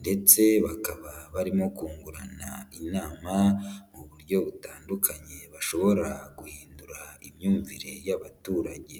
ndetse bakaba barimo kungurana inama mu buryo butandukanye bashobora guhindura imyumvire y'abaturage.